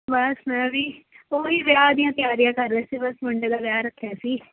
ਬਸ ਮੈਂ ਵੀ ਉਹ ਹੀ ਵਿਆਹ ਦੀਆਂ ਤਿਆਰੀਆਂ ਕਰ ਰਹੇ ਸੀ ਬਸ ਮੁੰਡੇ ਦਾ ਵਿਆਹ ਰੱਖਿਆ ਸੀ